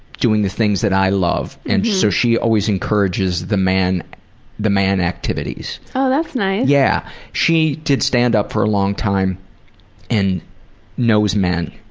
doing the things that i love and so she always encourages the man the man activities. oh that's nice. yeah she did standup for a long time and knows men.